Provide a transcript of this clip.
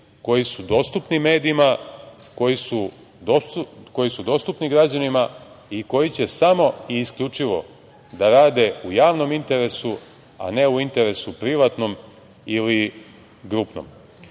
koji su dostupni medijima, koji su dostupni građanima i koji će samo i isključivo da rade u javnom interesu, a ne u interesu privatnom ili grupnom. Ja